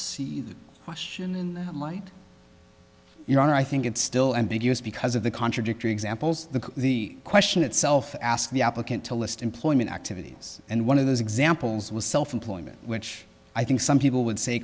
see the question might you know and i think it still ambiguous because of the contradictory examples the the question itself asked the applicant to list employment activities and one of those examples was self employment which i think some people would say